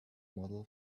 model